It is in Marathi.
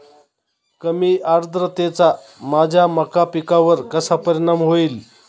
कमी आर्द्रतेचा माझ्या मका पिकावर कसा परिणाम होईल?